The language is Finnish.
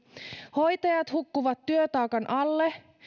hoitajat hukkuvat työtaakan alle